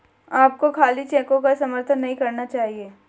आपको खाली चेकों का समर्थन नहीं करना चाहिए